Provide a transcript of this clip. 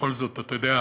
בכל זאת, אתה יודע,